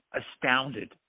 astounded